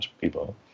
people